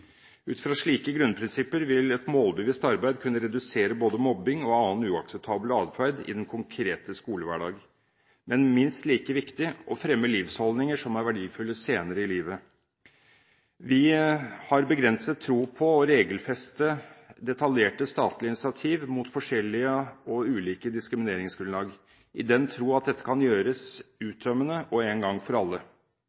Ut fra slike grunnprinsipper vil et målbevisst arbeid kunne redusere både mobbing og annen uakseptabel adferd i den konkrete skolehverdagen. Men minst like viktig: Det vil fremme livsholdninger som er verdifulle senere i livet. Vi har begrenset tro på å regelfeste detaljerte statlige initiativ mot forskjellige diskrimineringsgrunnlag i den tro at dette kan gjøres